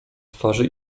twarzy